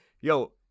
Yo